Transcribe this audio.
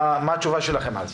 מה התשובה שלכם לזה?